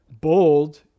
bold